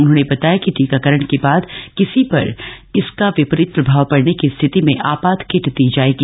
उन्होंने बताया कि टीकाकरण के बाद किसी पर इसका विपरीत प्रभाव पडने की स्थिति में आपात किट दी जाएगी